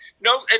no